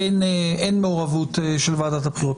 אין מעורבות של ועדת הבחירות.